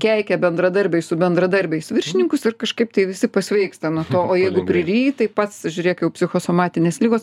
keikia bendradarbiai su bendradarbiais viršininkus ir kažkaip tai visi pasveiksta nuo to o jeigu priryji tai pats žiūrėk jau psichosomatinės ligos